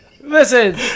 Listen